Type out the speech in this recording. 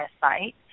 site